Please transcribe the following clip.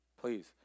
Please